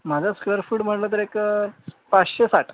माझं square foot म्हटलं तर एक पाचशे साठ